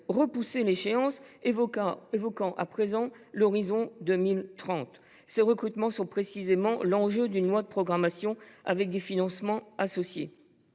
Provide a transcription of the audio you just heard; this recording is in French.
repoussé l’échéance, en évoquant désormais l’horizon de l’année 2030. Ces recrutements sont précisément l’enjeu d’une loi de programmation, avec des financements associés.